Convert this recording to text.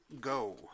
go